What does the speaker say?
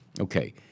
Okay